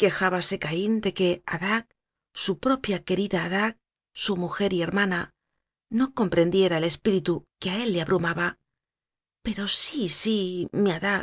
quejábase caín de que adah su propia querida adah su mujer y hermana no comprendiera el espíritu que a él le abrumaba pero sí sí mi adah